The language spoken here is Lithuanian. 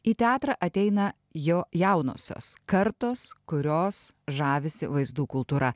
į teatrą ateina jo jaunosios kartos kurios žavisi vaizdų kultūra